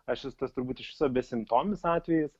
aš esu tas turbūt iš viso besimptomis atvejis